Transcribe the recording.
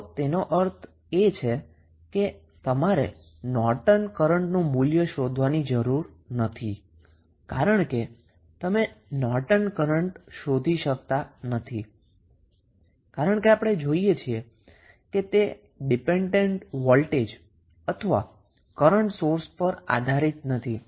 તો તેનો અર્થ એ છે કે તમારે નોર્ટન કરન્ટનું મૂલ્ય શોધવાની જરૂર નથી કારણ કે તમે નોર્ટન કરન્ટ શોધી શકતા નથી કારણ કે આપણે જોઈએ છીએ કે ત્યા કોઇ ડિપેન્ડન્ટ ઇન્ડિપેન્ડન્ટ વોલ્ટેજ અથવા કરન્ટ સોર્સ નથી